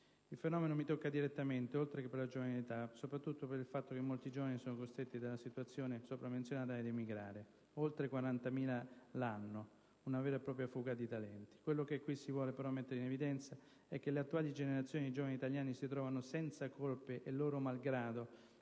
Il fenomeno mi tocca direttamente, oltre che per la giovane età, soprattutto per il fatto che molti giovani sono costretti dalla situazione sopra menzionata ad emigrare: oltre 40.000 l'anno, una vera e propria fuga di talenti. Quello che si vuole qui mettere in evidenza, però, è che le attuali generazioni di giovani italiani si trovano, senza colpe e loro malgrado,